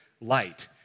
light